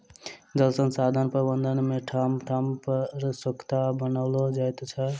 जल संसाधन प्रबंधन मे ठाम ठाम पर सोंखता बनाओल जाइत छै